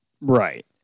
Right